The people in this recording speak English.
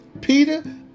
Peter